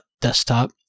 desktop